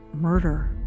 murder